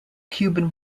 cuban